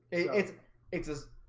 it's it's just